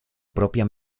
propia